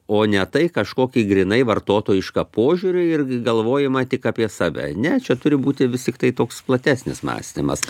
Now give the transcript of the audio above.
o ne tai kažkokį grynai vartotojišką požiūrį ir galvojama tik apie save ne čia turi būti vis tiktai toks platesnis mąstymas